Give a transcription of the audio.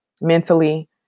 mentally